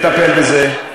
התחלנו לטפל בזה,